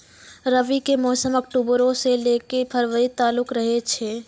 रबी के मौसम अक्टूबरो से लै के फरवरी तालुक रहै छै